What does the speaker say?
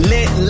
Lit